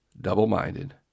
double-minded